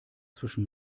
zwischen